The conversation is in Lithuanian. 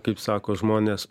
kaip sako žmonės